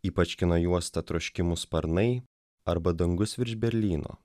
ypač kino juostą troškimų sparnai arba dangus virš berlyno